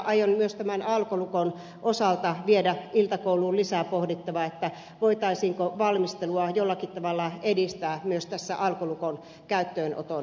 aion myös tämän alkolukon osalta viedä iltakouluun lisää pohdittavaa voitaisiinko valmistelua jollakin tavalla edistää myös alkolukon käyttöönoton lisäämiseksi